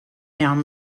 down